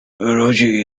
rosie